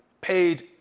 paid